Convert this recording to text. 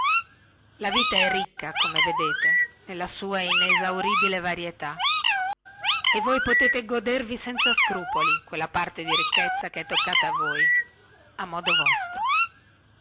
la vita è ricca come vedete nella sua inesauribile varietà e voi potete godervi senza scrupoli quella parte di ricchezza che è toccata a voi a modo vostro